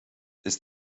ist